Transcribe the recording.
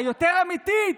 והיותר-אמיתית,